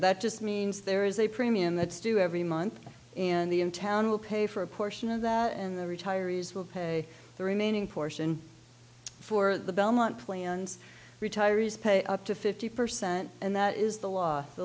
that just means there is a premium that's due every month and the in town will pay for a portion of that and the retirees will pay the remaining portion for the belmont plans retirees pay up to fifty percent and that is the la